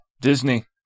Disney